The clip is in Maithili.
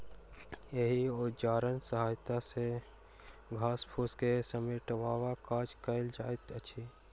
एहि औजारक सहायता सॅ घास फूस के समेटबाक काज कयल जाइत अछि